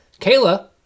Kayla